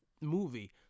movie